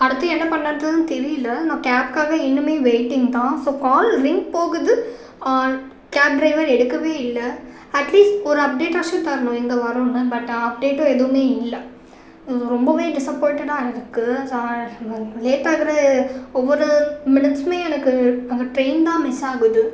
அடுத்து என்ன பண்ணலான்றதும் தெரியல நான் கேப்க்காக இன்னுமே வெயிட்டிங்தான் ஸோ கால் ரிங் போகுது கேப் ட்ரைவர் எடுக்கவே இல்லை அட்லீஸ்ட் ஒரு அப்டேட்டாச்சும் தரணும் எங்கே வரோன்னு பட் அப்டேட்டும் எதுவுமே இல்லை ரொம்பவே டிசப்பாயின்ட்டடாக இருக்குது ஸோ லேட் ஆகுது ஒவ்வொரு மினிட்சுமே எனக்கு அங்கே ட்ரெயின்தான் மிஸ் ஆகுது